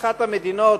מאחת המדינות,